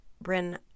Bryn